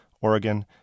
Oregon